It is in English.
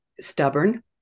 stubborn